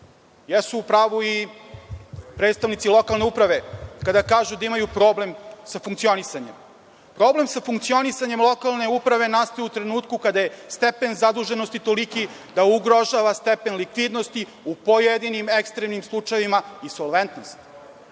u pravu i predstavnici lokalne uprave kada kažu da imaju problem sa funkcionisanjem. Problem sa funkcionisanjem lokalne uprave nastao je u trenutku kada je stepen zaduženosti toliki da ugrožava stepen likvidnosti u pojedinim ekstremnim slučajevima, insolventnost.